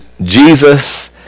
Jesus